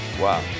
Wow